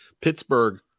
Pittsburgh